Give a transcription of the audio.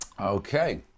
Okay